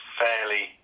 fairly